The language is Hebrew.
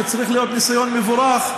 שצריך להיות ניסיון מבורך,